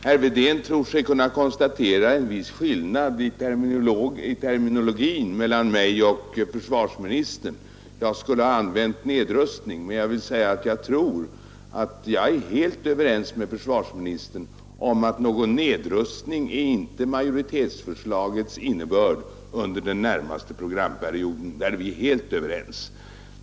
Herr talman! Herr Wedén tror sig kunna konstatera en viss skillnad i terminologin mellan mig och försvarsministern. Jag skulle ha använt ordet nedrustning, men jag tror att jag är helt överens med försvarsministern om att någon nedrustning under den närmaste programperioden är inte majoritetsförslagets innebörd.